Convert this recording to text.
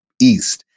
East